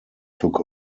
took